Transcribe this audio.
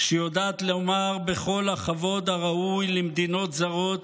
שיודעת לומר בכל הכבוד הראוי למדינות זרות,